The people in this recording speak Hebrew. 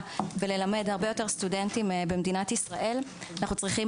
וללמד הרבה יותר סטודנטים במדינת ישראל אנחנו צריכים